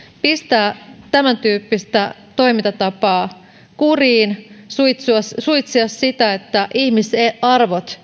pistää tämäntyyppistä toimintatapaa kuriin suitsia sitä että ihmisarvot